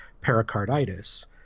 pericarditis